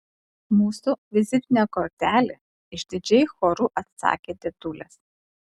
mūsų vizitinė kortelė išdidžiai choru atsakė dėdulės